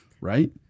right